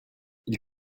ils